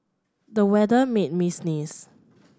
the weather made me sneeze